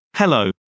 Hello